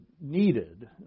needed